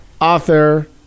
author